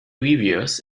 reviewers